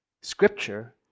Scripture